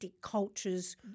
cultures